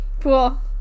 Cool